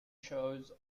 shows